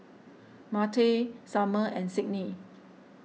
Martell Sumner and Sydney